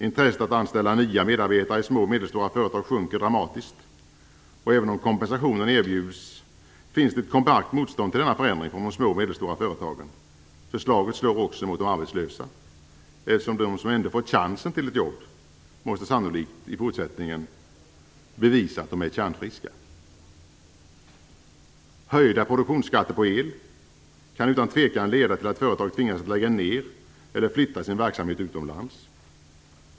Intresset för att anställa nya medarbetare i små och medelstora företag sjunker dramatiskt. Även om kompensation erbjuds finns det ett kompakt motstånd mot denna förändring på de små och medelstora företagen. Förslaget slår också mot de arbetslösa, eftersom de som ändå fått chansen till ett jobb sannolikt i fortsättningen måste bevisa att de är kärnfriska. Höjda produktionsskatter på el kan utan tvivel leda till att företaget tvingas lägga ned eller flytta sin verksamhet utomlands.